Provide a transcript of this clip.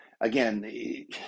again